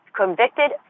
convicted